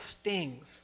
stings